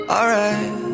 Alright